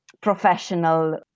professional